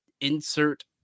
insert